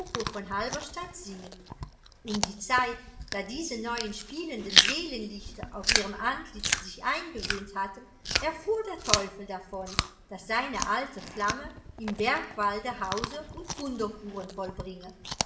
von halberstadt singen um die zeit da diese neuen spielenden seelenlichter auf ihrem antlitz sich eingewöhnt hatten erfuhr der teufel davon daß seine alte flamme im bergwalde hause und wunderkuren vollbringe